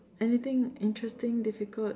anything interesting difficult